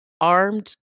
armed